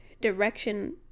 direction